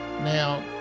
Now